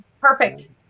perfect